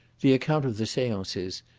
the account of the seances,